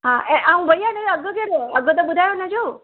ऐं ऐं भैया हिनजो अघु कहिड़ो आहे अघु त ॿुधायो हिनजो